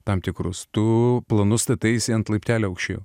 tam tikrus tu planus stataisi ant laiptelio aukščiau